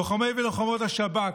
לוחמי ולוחמות השב"כ,